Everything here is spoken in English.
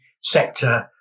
sector